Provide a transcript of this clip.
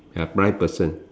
a blind person